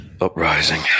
uprising